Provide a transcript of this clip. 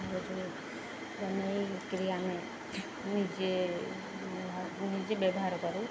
blouse ନେଇକରି ଆମେ ନିଜେ ନିଜେ ବ୍ୟବହାର କରୁ